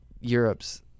Europe's